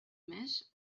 més